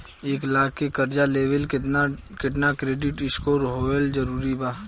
एक लाख के कर्जा लेवेला केतना क्रेडिट स्कोर होखल् जरूरी बा?